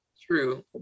true